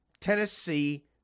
Tennessee